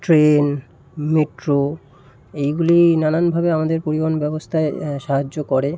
train metro এইগুলি নানানভাবে আমাদের পরিবহন ব্যবস্থায় সাহায্য করে